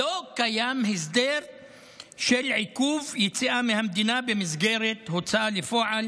לא קיים הסדר של עיכוב יציאה מהמדינה במסגרת הוצאה לפועל